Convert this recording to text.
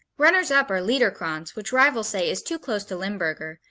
runners-up are liederkranz, which rivals say is too close to limburger,